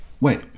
Wait